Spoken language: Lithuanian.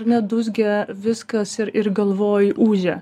ar ne dūzgia viskas ir ir galvoj ūžia